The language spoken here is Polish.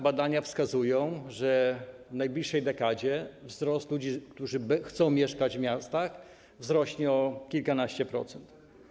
Badania wskazują, że w najbliższej dekadzie liczba ludzi, którzy chcą mieszkać w miastach, wzrośnie o kilkanaście procent.